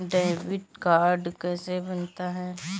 Debit card कैसे बनता है?